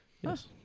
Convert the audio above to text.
Yes